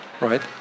Right